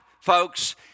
folks